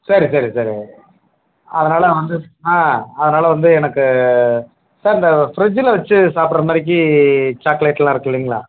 சரி சரி சரி அதனால் வந்து ஆ அதனால் வந்து எனக்கு சார் இந்த ஃப்ரிட்ஜில் வச்சி சாப்பிட்ற மாதிரிக்கி சாக்லேட்லாம் இருக்குதில்லைங்களா